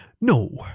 No